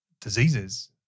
diseases